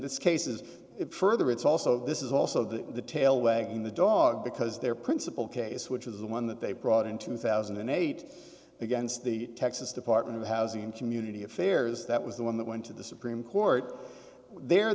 this case is it further it's also this is also the tail wagging the dog because their principal case which was the one that they brought in two thousand and eight against the texas department of housing and community affairs that was the one that went to the supreme court the